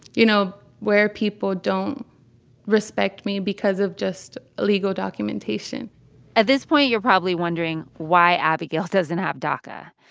you know, where people don't respect me because of just legal documentation at this point, you're probably wondering why abigail doesn't have daca.